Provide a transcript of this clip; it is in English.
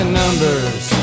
numbers